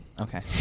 Okay